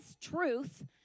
truth